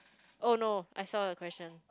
oh no I saw the question